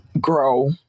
grow